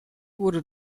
wurde